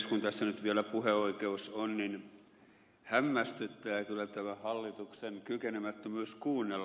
kun tässä nyt vielä puheoikeus on niin hämmästyttää kyllä tämä hallituksen kykenemättömyys kuunnella